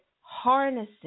harnessing